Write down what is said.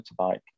motorbike